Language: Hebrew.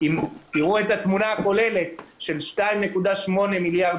אם תראו את התמונה הכוללת של 2.8 מיליארד